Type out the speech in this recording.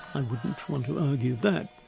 i wouldn't want to argue that,